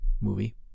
movie